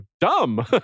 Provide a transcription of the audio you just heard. dumb